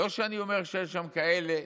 לא שאני אומר שאין שם כאלה,